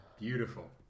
Beautiful